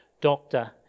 doctor